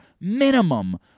minimum